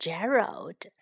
Gerald